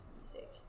music